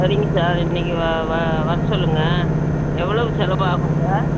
சரிங்க சார் இன்னிக்கு வ வ வர சொல்லுங்கள் எவ்வளவு செலவாகும் சார்